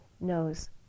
knows